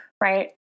Right